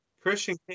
Christian